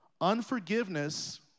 Unforgiveness